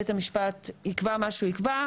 בית המשפט יקבע מה שהוא יקבע,